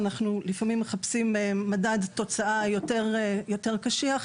אנחנו לפעמים מחפשים מדד תוצאה שהוא יותר קשיח,